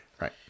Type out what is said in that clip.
Right